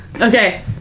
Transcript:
Okay